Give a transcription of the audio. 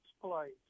place